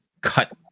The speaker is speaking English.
cut